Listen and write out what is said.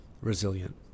resilient